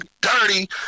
dirty